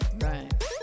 Right